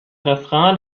refrain